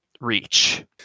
reach